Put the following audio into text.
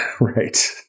Right